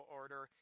order